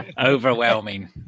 overwhelming